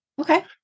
Okay